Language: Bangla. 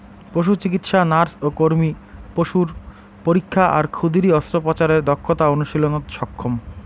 পশুচিকিৎসা নার্স ও কর্মী পশুর পরীক্ষা আর ক্ষুদিরী অস্ত্রোপচারের দক্ষতা অনুশীলনত সক্ষম